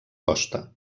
costa